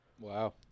Wow